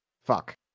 Fuck